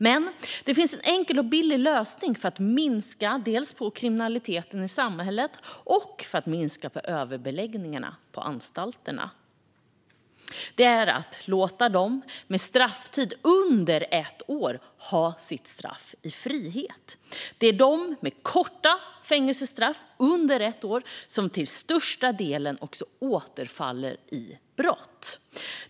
Men det finns en enkel och billig lösning för att dels minska kriminaliteten i samhället, dels minska överläggningen på anstalterna, och det är att låta dem som har en strafftid på under ett år ha sitt straff i frihet. Det är de som har korta fängelsestraff, under ett år, som till största delen återfaller i brott.